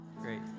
great